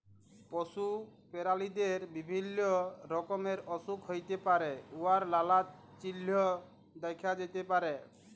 পশু পেরালিদের বিভিল্য রকমের অসুখ হ্যইতে পারে উয়ার লালা চিল্হ দ্যাখা যাতে পারে